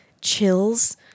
chills